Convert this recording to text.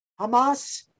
Hamas